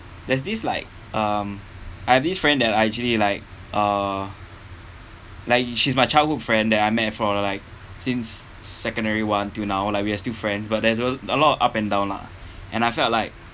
there's this like um I have this friend that I actually like uh like she's my childhood friend that I met from a like since secondary one until now like we are still friends but there's a lot of up and down lah and I felt like